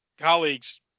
colleagues